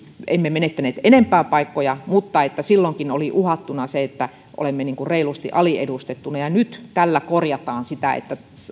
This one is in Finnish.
olisimme menettäneet enemmän paikkoja mutta että silloinkin oli uhkana se että olemme reilusti aliedustettuina ja nyt tällä korjataan sitä että